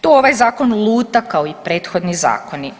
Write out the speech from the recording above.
Tu ovaj zakon luta kao i prethodni zakoni.